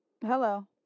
Hello